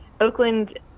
oakland